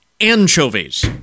anchovies